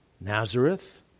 Nazareth